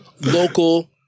local